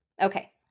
okay